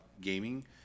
gaming